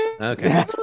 Okay